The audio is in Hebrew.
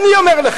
אני אומר לך.